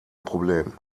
problem